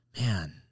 man